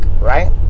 right